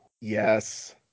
Yes